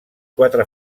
quatre